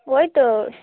ওই তো